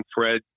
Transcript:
Fred